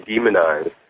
demonize